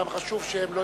שם חשוב שהם לא-יהודים,